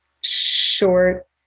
short